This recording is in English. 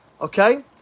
Okay